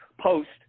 post